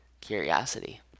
curiosity